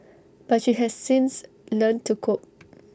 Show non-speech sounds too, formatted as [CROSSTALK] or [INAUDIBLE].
but she has since learnt to cope [NOISE]